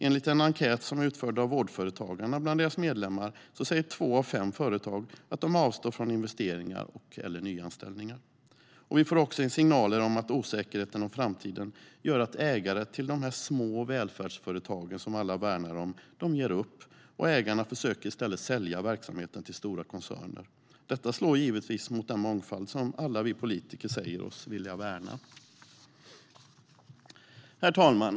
Enligt en undersökning som är utförd av Vårdföretagarna bland organisationens medlemmar säger två av fem företag att de avstår från investeringar och/eller nyanställningar. Vi får också signaler om att osäkerheten om framtiden gör att ägare till de små välfärdsföretagen, som alla värnar om, ger upp. Ägarna försöker i stället sälja verksamheten till stora koncerner. Detta slår givetvis mot den mångfald som alla vi politiker säger oss vilja värna. Herr talman!